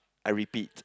I repeat